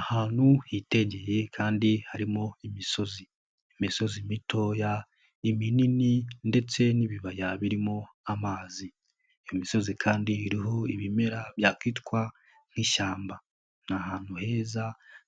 Ahantu hitegeye kandi harimo imisozi. Imisozi mito, iminini ndetse n'ibibaya birimo amazi. Imisozi kandi iriho ibimera byakitwa nk'ishyamba. Ni ahantu heza